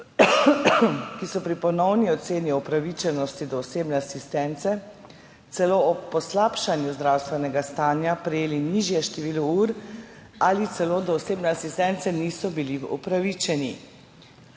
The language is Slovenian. ki so pri ponovni oceni upravičenosti do osebne asistence, celo ob poslabšanju zdravstvenega stanja, prejeli nižje število ur ali celo do osebne asistence niso bili upravičeni.«